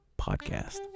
podcast